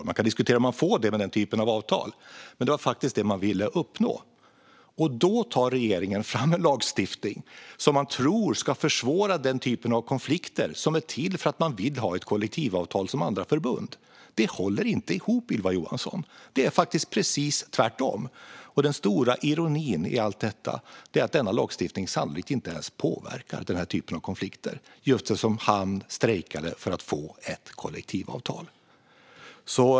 Det går att diskutera om man får det med detta slags avtal, men det var detta man ville uppnå. Regeringen tar då fram en lagstiftning som den tror ska försvåra den typ av konflikter som sker för att man vill ha ett kollektivavtal precis som andra förbund. Detta håller inte ihop, Ylva Johansson. Det är faktiskt precis tvärtom. Den stora ironin i allt detta är att denna lagstiftning sannolikt inte ens påverkar den här typen av konflikter, eftersom Hamn strejkade för att få ett kollektivavtal.